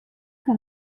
que